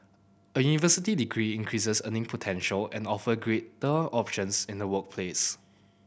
a university degree increases earning potential and offer greater options in the workplace